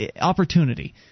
opportunity